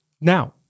Now